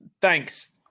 thanks